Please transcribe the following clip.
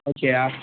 ஓகேயா